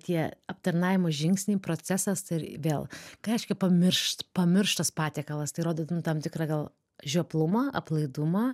tie aptarnavimo žingsniai procesas ir vėl ką reiškia pamiršt pamirštas patiekalas tai rodo tam tikrą gal žioplumą aplaidumą